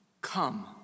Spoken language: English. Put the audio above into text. Come